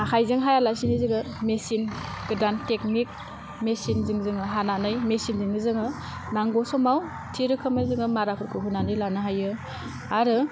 आखाइजों हायालासिनो जोङो मेचिन गोदान टेकनिक मेचिनजों जों हानानै मेचिनजोंनो जोङो नांगौ समाव थि रोखोमै जोङो माराफोरखौ होनानै लानो हायो आरो